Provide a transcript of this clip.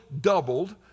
doubled